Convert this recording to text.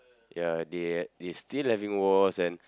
ya they are they still having wars and